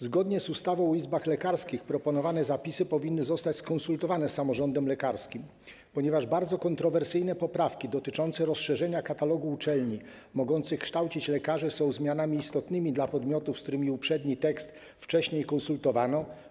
Zgodnie z ustawą o izbach lekarskich proponowane zapisy powinny zostać skonsultowane z samorządem lekarskim, ponieważ bardzo kontrowersyjne poprawki dotyczące rozszerzenia katalogu uczelni mogących kształcić lekarzy są zmianami istotnymi dla podmiotów, z którymi uprzedni tekst wcześniej konsultowano.